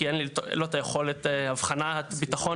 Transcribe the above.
כי אין לו את היכולת אבחנת הביטחון